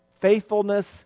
faithfulness